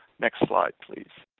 next slide, please.